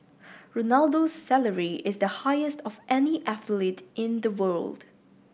Ronaldo's salary is the highest of any athlete in the world